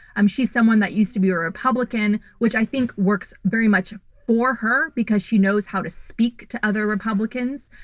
um she's someone that used to be a republican, which i think works very much for her because she knows how to speak to other republicans,